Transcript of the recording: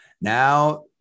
Now